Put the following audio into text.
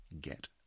get